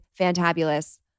fantabulous